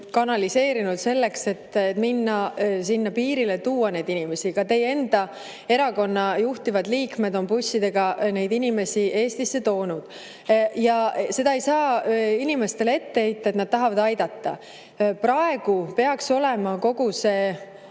kanaliseerinud selleks, et minna piirile ja tuua neid inimesi siia. Ka teie enda erakonna juhtivad liikmed on bussidega neid inimesi Eestisse toonud. Seda ei saa inimestele ette heita, et nad tahavad aidata. Praegu peaks olema kogu energia